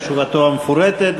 על תשובתו המפורטת,